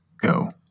go